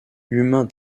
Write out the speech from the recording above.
humain